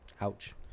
Ouch